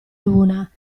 luna